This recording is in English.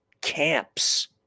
camps